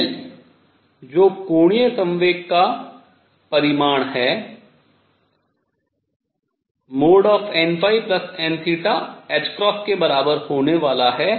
L जो कोणीय संवेग का परिमाण है nn के बराबर होने वाला है